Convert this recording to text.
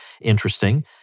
interesting